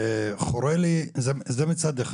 זה מצד אחד.